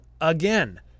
again